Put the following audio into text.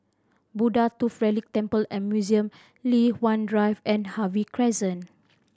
Buddha Tooth Relic Temple and Museum Li Hwan Drive and Harvey Crescent